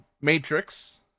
Matrix